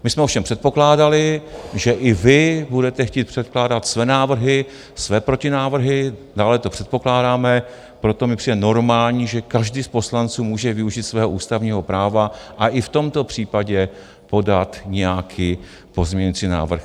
My jsme ovšem předpokládali, že i vy budete chtít předkládat své návrhy, své protinávrhy, dále to předpokládáme, proto mi přijde normální, že každý z poslanců může využít svého ústavního práva a i v tomto případě podat nějaký pozměňovací návrh.